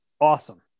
awesome